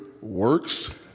works